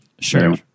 Sure